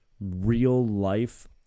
real-life